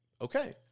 Okay